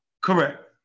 Correct